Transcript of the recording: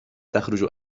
تخرج